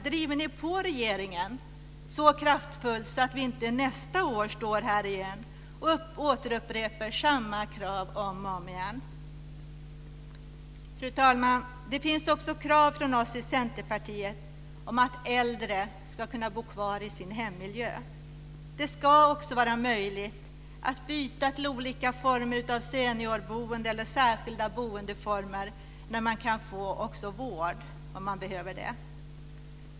Driver ni på regeringen så kraftfullt så att vi inte nästa år står här igen och återupprepar samma krav igen? Fru talman! Det finns också krav från oss i Centerpartiet om att äldre ska kunna bo kvar i sin hemmiljö. Det ska också vara möjligt att byta till olika former av seniorboende eller särskilda boendeformer där det också går att få vård om man behöver det.